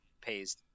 pays